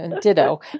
Ditto